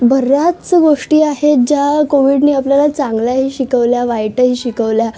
बऱ्याच गोष्टी आहेत ज्या कोव्हिडने आपल्याला चांगल्याही शिकवल्या वाईटही शिकवल्या